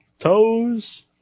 Toes